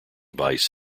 vice